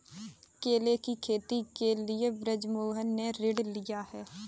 केले की खेती के लिए बृजमोहन ने ऋण लिया है